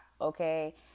okay